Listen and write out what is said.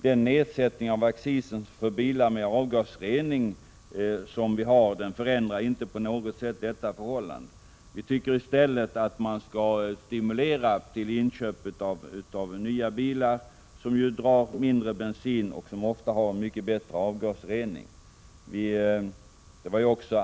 Den nedsättning av accisen för bilar med avgasrening som skett förändrar inte på något sätt detta förhållande. Vi tycker att man skall stimulera till inköp av nya bilar, som ju drar mindre bensin och som ofta har mycket bättre avgasrening än de äldre.